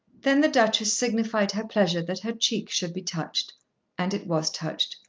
then the duchess signified her pleasure that her cheek should be touched and it was touched.